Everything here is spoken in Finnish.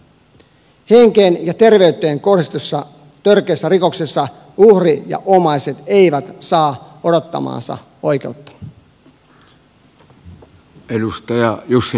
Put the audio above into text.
henkeen ja terveyteen kohdistuvissa törkeissä rikoksissa uhri ja omaiset eivät saa odottamaansa oikeutta